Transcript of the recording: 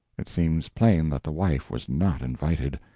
it seems plain that the wife was not invited.